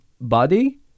body